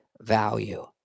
value